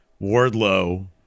Wardlow